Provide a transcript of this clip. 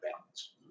balance